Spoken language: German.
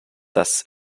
das